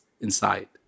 inside